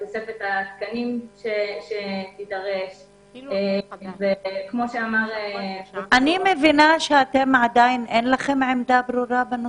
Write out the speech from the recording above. תוספת התקנים שתידרש --- אני מבינה שעדיין אין לכם עמדה ברורה בנושא.